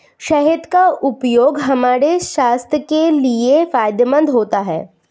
शहद का उपयोग हमारे स्वास्थ्य के लिए फायदेमंद होता है